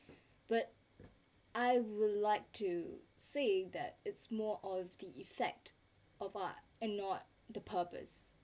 but I would like to say that it's more of the effect of art and not the purpose